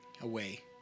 away